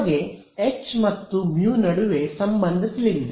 ನಮಗೆ h ಮತ್ತು u ನಡುವೆ ಸಂಬಂಧ ತಿಳಿದಿದೆ